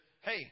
hey